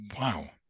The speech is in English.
Wow